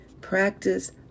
Practice